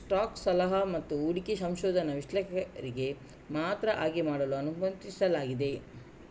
stock ಸಲಹಾ ಮತ್ತು ಹೂಡಿಕೆ ಸಂಶೋಧನಾ ವಿಶ್ಲೇಷಕರಿಗೆ ಮಾತ್ರ ಹಾಗೆ ಮಾಡಲು ಅನುಮತಿಸಲಾಗಿದೆ